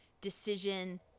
Decision